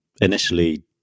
initially